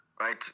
right